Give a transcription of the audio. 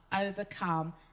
overcome